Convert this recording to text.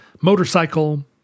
motorcycle